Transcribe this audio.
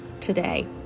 Today